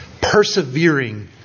persevering